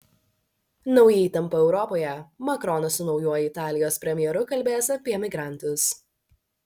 nauja įtampa europoje makronas su naujuoju italijos premjeru kalbės apie migrantus